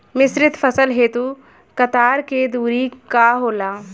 मिश्रित फसल हेतु कतार के दूरी का होला?